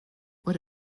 what